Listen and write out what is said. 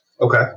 Okay